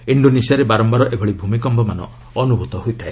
ଇଣ୍ଡୋନେସିଆରେ ବାରମ୍ଘାର ଏଭଳି ଭୂମିକମ୍ପ ଅନୁଭୂତ ହୋଇଥାଏ